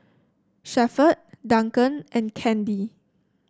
Shepherd Duncan and Candy